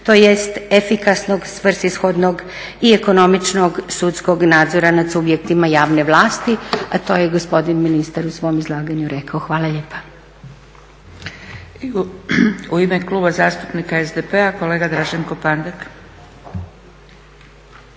tj. efikasnog, svrsishodnog i ekonomičnog sudskog nadzora nad subjektima javne vlasti, a to je gospodin ministar u svom izlaganju rekao. Hvala lijepa. **Zgrebec, Dragica (SDP)** U ime Kluba zastupnika SDP-a kolega Draženko Pandek.